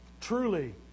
Truly